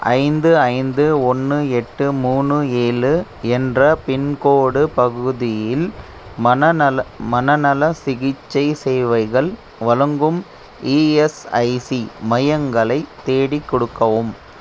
ஐந்து ஐந்து ஒன்று எட்டு மூணு ஏழு என்ற பின்கோடு பகுதியில் மனநல மனநல சிகிச்சை சேவைகள் வழங்கும் இஎஸ்ஐசி மையங்களை தேடிக் கொடுக்கவும்